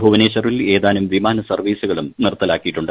ഭുവനേശ്വറിൽ ഏതാനും വിമാന സർവ്വീസുകളും നിർത്തലാക്കിയിട്ടുണ്ട്